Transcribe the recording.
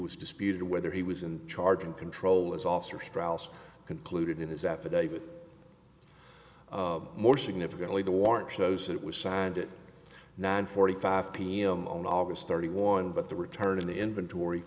was disputed whether he was in charge and control as officer strauss concluded in his affidavit more significantly the warrant shows it was signed it nine forty five pm on august thirty one but the return in the inventory